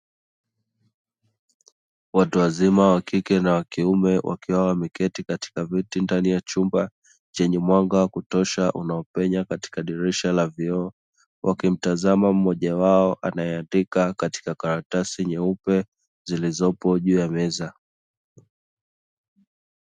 Watu wazima wa kike na wa kiume wakiwa wameketi katika viti ndani ya chumba chenye mwanga wa kutosha unaopenya katika dirisha la vioo, wakimtazama mmoja akiandika kwenye karatasi nyeupe zilizopo juu ya meza.